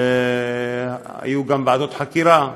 היו גם ועדות חקירה.